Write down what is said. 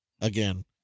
Again